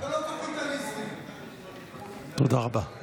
תודה רבה.